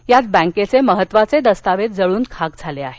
यात बँकेचे महत्वाचे दस्तावेज जळून खाक झाले आहे